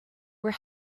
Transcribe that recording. were